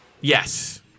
Yes